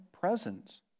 presence